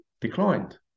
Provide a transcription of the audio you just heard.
declined